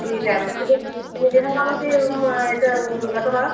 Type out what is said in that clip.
ठीक आहे मग तुम्ही तुम्ही देणार का मग ते ह्याचं ह्याचं भाडं